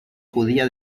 judía